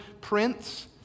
prince